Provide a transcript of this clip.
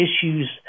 issues